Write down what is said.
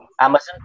amazon